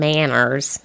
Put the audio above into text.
Manners